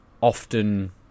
often